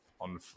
on